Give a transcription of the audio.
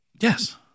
Yes